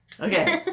Okay